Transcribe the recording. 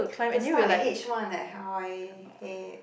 the start with H one that